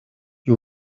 you